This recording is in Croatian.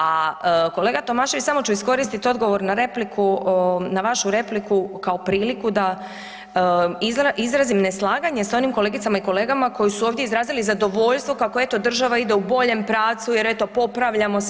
A kolega Tomašević samo ću iskoristiti odgovor na vašu repliku kao priliku da izrazim neslaganje s onim kolegicama i kolegama koji su ovdje izrazili zadovoljstvo kako eto država ide u boljem pravcu jer eto popravljamo se.